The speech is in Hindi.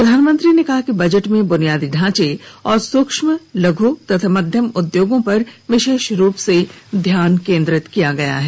प्रधानमंत्री ने कहा कि बजट में ब्रेनियादी ढांचे और सूक्ष्म लघ् तथा मध्यम उद्योगों पर विशेष रूप से ध्यान केन्द्रित किया गया है